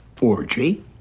orgy